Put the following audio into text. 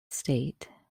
state